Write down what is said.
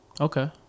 Okay